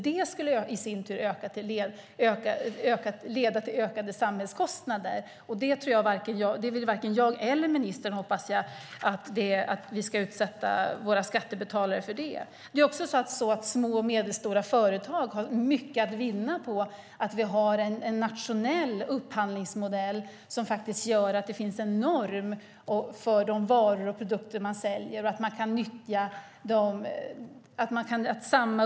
Det skulle i sin tur leda till ökade samhällskostnader. Det vill varken jag eller ministern, hoppas jag, att vi ska utsätta våra skattebetalare för. Små och medelstora företag har mycket att vinna på att vi har en nationell upphandlingsmodell. Det gör att det finns en norm för de varor och produkter man säljer.